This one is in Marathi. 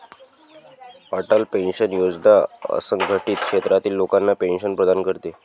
अटल पेन्शन योजना असंघटित क्षेत्रातील लोकांना पेन्शन प्रदान करते